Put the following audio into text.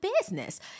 business